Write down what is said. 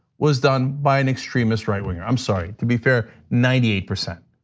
was done by an extremist right winger. i'm sorry to be fair, ninety eight percent